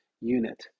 unit